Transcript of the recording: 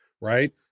right